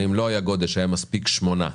ואם לא היה גודש הוא היה מספיק להגיע לשמונה לקוחות.